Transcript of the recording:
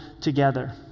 together